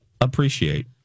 Appreciate